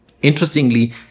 Interestingly